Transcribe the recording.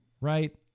Right